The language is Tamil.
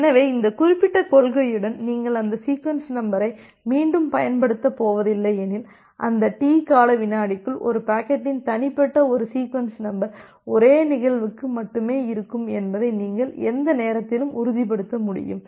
எனவே இந்த குறிப்பிட்ட கொள்கையுடன் நீங்கள் அந்த சீக்வென்ஸ் நம்பரை மீண்டும் பயன்படுத்தப் போவதில்லை எனில் அந்த டிகால விநாடிக்குள் ஒரு பாக்கெட்டின் தனிப்பட்ட ஒரு சீக்வென்ஸ் நம்பர் ஒரே ஒரு நிகழ்வுக்கு மட்டுமே இருக்கும் என்பதை நீங்கள் எந்த நேரத்திலும் உறுதிப்படுத்த முடியும்